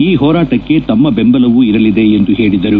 ಈ ಹೋರಾಟಕ್ಕೆ ತಮ್ನ ಬೆಂಬಲವೂ ಇರಲಿದೆ ಎಂದು ಹೇಳಿದರು